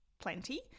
plenty